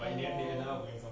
ya lor